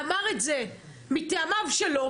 אמר את זה מטעמיו שלו,